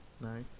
Nice